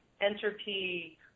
entropy